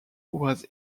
was